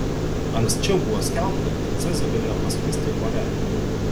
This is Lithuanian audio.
anksčiau buvo skelbta kad cezio galėjo pasklisti ore